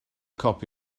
copi